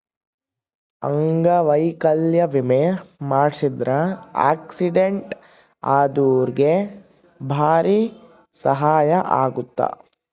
ಅಂಗವೈಕಲ್ಯ ವಿಮೆ ಮಾಡ್ಸಿದ್ರ ಆಕ್ಸಿಡೆಂಟ್ ಅದೊರ್ಗೆ ಬಾರಿ ಸಹಾಯ ಅಗುತ್ತ